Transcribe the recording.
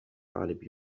طالب